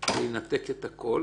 וינתק את הכל